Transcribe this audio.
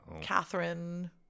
Catherine